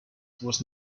was